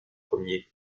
premiers